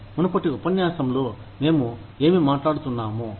మునుపటి ఉపన్యాసంలో మేము ఏమి మాట్లాడుతున్నాము